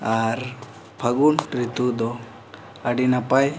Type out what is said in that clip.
ᱟᱨ ᱯᱷᱟᱹᱜᱩᱱ ᱨᱤᱛᱩ ᱫᱚ ᱟᱹᱰᱤ ᱱᱟᱯᱟᱭ